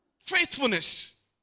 Faithfulness